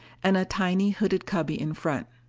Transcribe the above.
and a tiny hooded cubby in front.